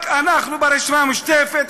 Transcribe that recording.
רק אנחנו ברשימה המשותפת,